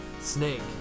Snake